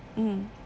mm